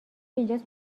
اینجاست